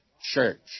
church